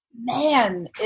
man